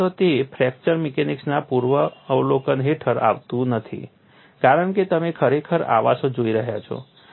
તેમ છતાં તે ફ્રેક્ચર મિકેનિક્સના પૂર્વાવલોકન હેઠળ આવતું નથી કારણ કે તમે ખરેખર આવાસો જોઈ રહ્યા છો